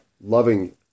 loving